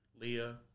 Leah